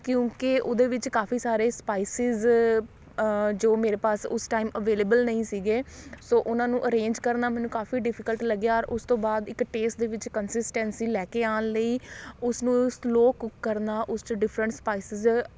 ਕਿਉਂਕਿ ਉਹਦੇ ਵਿੱਚ ਕਾਫੀ ਸਾਰੇ ਸਪਾਈਸਿਜ਼ ਜੋ ਮੇਰੇ ਪਾਸ ਉਸ ਟਾਈਮ ਅਵੇਲੇਬਲ ਨਹੀਂ ਸੀਗੇ ਸੋ ਉਹਨਾਂ ਨੂੰ ਅਰੇਂਜ ਕਰਨਾ ਮੈਨੂੰ ਕਾਫੀ ਡਿਫੀਕਲਟ ਲੱਗਿਆ ਔਰ ਉਸ ਤੋਂ ਬਾਅਦ ਇੱਕ ਟੇਸਟ ਦੇ ਵਿੱਚ ਕਨਸਿਸਟੈਂਸੀ ਲੈ ਕੇ ਆਉਣ ਲਈ ਉਸਨੂੰ ਸਲੋਅ ਕੁੱਕਰ ਨਾਲ ਉਸ 'ਚ ਡਿਫਰੈਂਟ ਸਪਾਈਸਜ਼